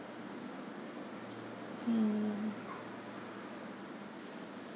mm